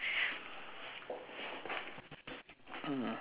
mm